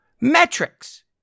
metrics